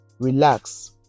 Relax